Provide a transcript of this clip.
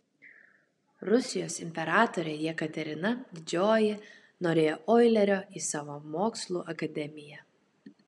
rusijos imperatorė jekaterina didžioji norėjo oilerio į savo mokslų akademiją